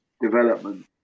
development